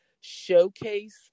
showcase